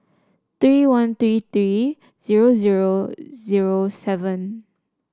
three one three three zero zero zero seven